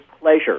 pleasure